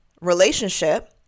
relationship